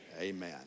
Amen